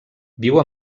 viu